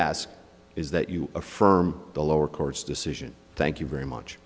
ask is that you affirm the lower court's decision thank you very much